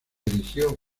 erigió